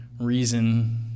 reason